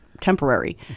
temporary